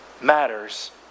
matters